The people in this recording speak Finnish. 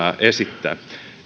esittää